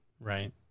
Right